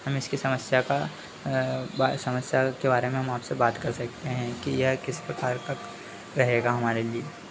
हम इसकी समस्या का बा समस्या के बारे में हम आपसे बात कर सकते हैं कि यह किस प्रकार का रहेगा हमारे लिए